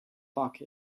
pocket